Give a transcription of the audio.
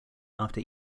after